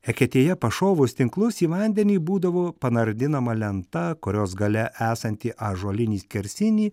eketėje pašovus tinklus į vandenį būdavo panardinama lenta kurios gale esantį ąžuolinį skersinį